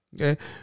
Okay